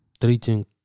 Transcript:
treating